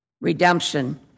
redemption